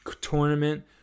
tournament